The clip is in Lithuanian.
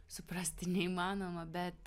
suprasti neįmanoma bet